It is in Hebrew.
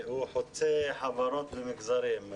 הדבר הזה חוצה חברות ומגזרים.